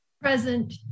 Present